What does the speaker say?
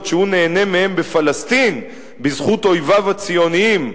שהוא נהנה מהם בפלסטין בזכות אויביו הציונים?'